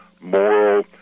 moral